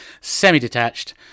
semi-detached